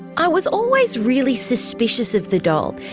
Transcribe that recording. i was always really suspicious of the doll,